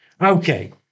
Okay